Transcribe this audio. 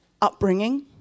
upbringing